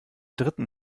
dritten